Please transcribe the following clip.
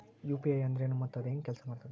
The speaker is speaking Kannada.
ಯು.ಪಿ.ಐ ಅಂದ್ರೆನು ಮತ್ತ ಅದ ಹೆಂಗ ಕೆಲ್ಸ ಮಾಡ್ತದ